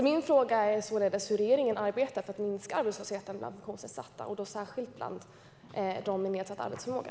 Min fråga är således hur regeringen arbetar för att minska arbetslösheten bland funktionsnedsatta, och då särskilt bland dem med nedsatt arbetsförmåga.